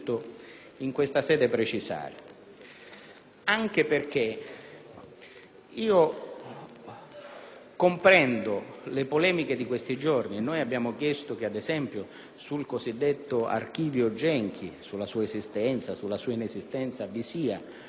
anche perché comprendo le polemiche di questi giorni. Noi abbiamo chiesto che, ad esempio, sul cosiddetto archivio Genchi, sulla sua esistenza o inesistenza, vi sia un approfondimento da parte